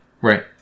right